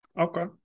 Okay